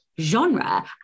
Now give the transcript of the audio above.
genre